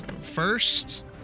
First